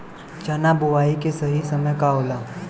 चना बुआई के सही समय का होला?